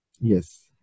Yes